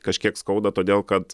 kažkiek skauda todėl kad